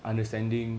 understanding